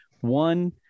One